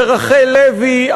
ורחל לוי,